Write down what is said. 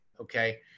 Okay